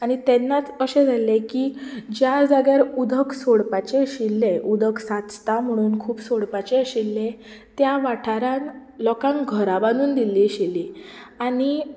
आनी तेन्नाच अशें जाल्लें की ज्या जाग्यार उदक सोडपाचें आशिल्लें उदक सांचता म्हणून खूब सोडपाचें आशिल्लें त्या वाठारांत लोकांक घरां बांदून दिल्लीं आशिल्लीं आनी